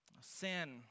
Sin